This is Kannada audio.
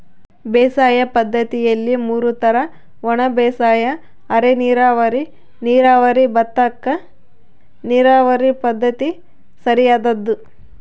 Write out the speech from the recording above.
ಬೇಸಾಯ ಪದ್ದತಿಯಲ್ಲಿ ಮೂರು ತರ ಒಣಬೇಸಾಯ ಅರೆನೀರಾವರಿ ನೀರಾವರಿ ಭತ್ತಕ್ಕ ನೀರಾವರಿ ಪದ್ಧತಿ ಸರಿಯಾದ್ದು